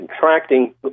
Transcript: contracting